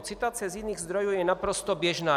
Citace z jiných zdrojů je naprosto běžná.